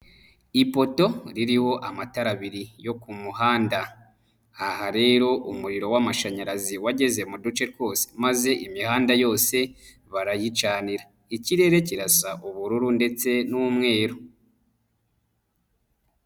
Ipoto ririho amatara abiri yo ku muhanda, aha rero umuriro w'amashanyarazi wageze mu duce twose maze imihanda yose barayicanira, ikirere kirasa ubururu ndetse n'umweru.